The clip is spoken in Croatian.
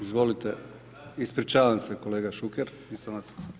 Izvolite, ispričavam se kolega Šuker nisam vas.